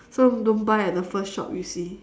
so don't buy at the first shop you see